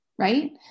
right